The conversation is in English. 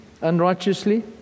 unrighteously